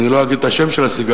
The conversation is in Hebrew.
אני לא אגיד את השם של הסיגריה,